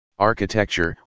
architecture